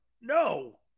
No